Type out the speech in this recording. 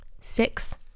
six